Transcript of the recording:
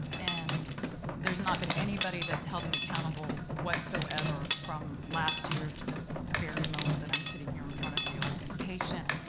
and there's not been anybody that's held them accountable whatsoever from last year to the very moment i'm sitting here in front of you. i've been patient,